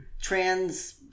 trans